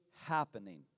happening